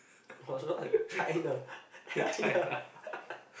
watch what China China